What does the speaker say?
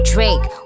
Drake